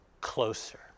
Closer